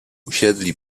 usiedli